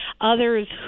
Others